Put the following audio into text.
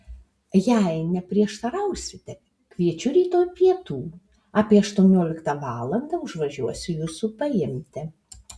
jei neprieštarausite kviečiu rytoj pietų apie aštuonioliktą valandą užvažiuosiu jūsų paimti